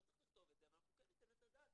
לא צריך לכתוב את זה, אנחנו ניתן את הדעת